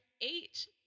eight